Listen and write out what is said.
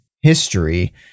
history